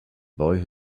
boy